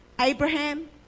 Abraham